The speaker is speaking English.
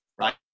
right